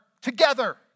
together